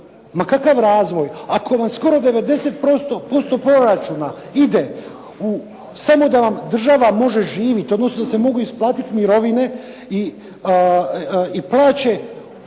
Ma kakav razvoj ako vam skoro 90% proračuna ide samo da vam država može živit, odnosno da se mogu isplatit mirovine i plaće.